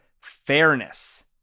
fairness